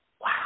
Wow